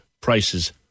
prices